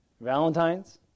Valentine's